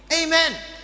Amen